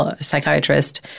psychiatrist